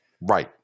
Right